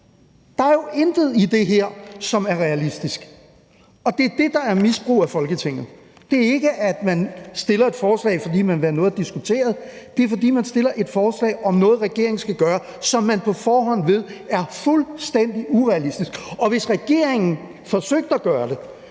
Der er jo intet i det her, som er realistisk, og det er det, der er misbrug af Folketinget. Det er ikke, at man fremsætter et forslag, fordi man vil have noget diskuteret. Det er, fordi man fremsætter et forslag om noget, regeringen skal gøre, og som man på forhånd ved er fuldstændig urealistisk. Og hvis regeringen forsøgte at gøre det,